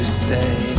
stay